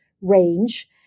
range